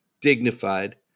dignified